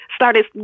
started